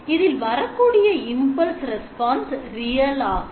இதில் வரக்கூடிய impulse response real ஆகும்